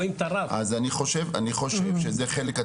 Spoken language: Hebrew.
אני חושב שזה חלק,